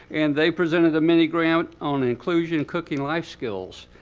and they presented a mini grant on inclusion in cooking life skills.